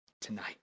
tonight